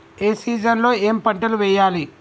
ఏ season లో ఏం పంటలు వెయ్యాలి?